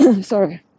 sorry